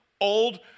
old